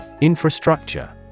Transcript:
Infrastructure